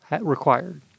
required